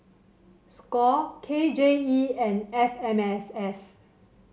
Score K J E and F M S S